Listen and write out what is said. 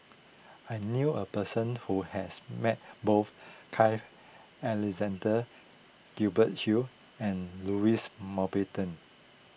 I knew a person who has met both Carl Alexander Gibson Hill and Louis Mountbatten